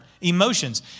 emotions